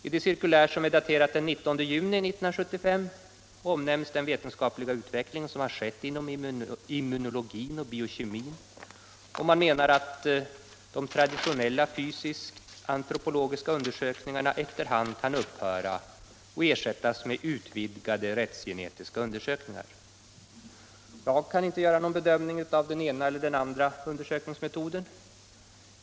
I det cirkulär som är daterat den 19 juni 1975 omnämns den vetenskapliga utveckling som har skett inom immunologin och biokemin, och man menar att de traditionella fysiskt antropologiska undersökningarna efter hand kan upphöra och ersättas med utvidgade rättsgenetiska undersökningar. Jag kan inte göra någon bedömning av den ena eller andra undersökningsmetoden.